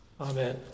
Amen